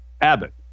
Abbott